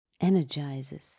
energizes